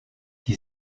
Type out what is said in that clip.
die